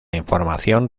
información